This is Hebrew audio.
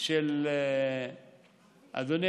אדוני